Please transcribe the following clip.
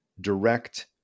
direct